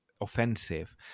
offensive